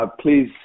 Please